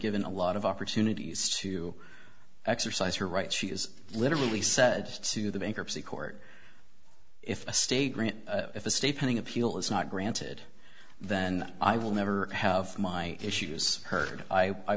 given a lot of opportunities to exercise her rights she is literally said to the bankruptcy court if a state grant a stay pending appeal is not granted then i will never have my issues heard i